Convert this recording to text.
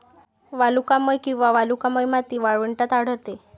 वालुकामय किंवा वालुकामय माती वाळवंटात आढळते